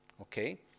okay